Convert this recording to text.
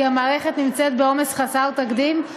כי המערכת נמצאת בעומס חסר תקדים.